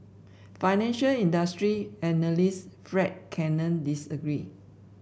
financial industry analyst Fred Cannon disagreed